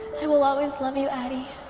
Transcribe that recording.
i will always love you, addie,